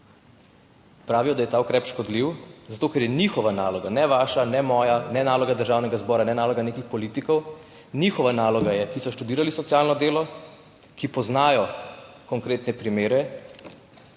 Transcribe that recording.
Pravijo, da je ta ukrep škodljiv zato, ker je njihova naloga ne vaša, ne moja, ne naloga Državnega zbora, ne naloga nekih politikov, njihova naloga je, ki so študirali socialno delo, ki poznajo konkretne primere